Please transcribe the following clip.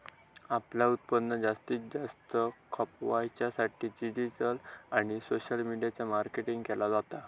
आपला उत्पादन जास्तीत जास्त खपवच्या साठी डिजिटल आणि सोशल मीडिया मार्केटिंग केला जाता